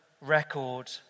record